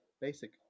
basic